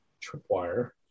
tripwire